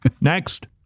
Next